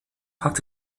hat